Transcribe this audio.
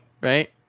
right